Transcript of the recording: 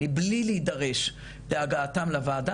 מבלי להידרש בהגעתם לוועדה,